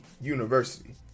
University